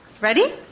Ready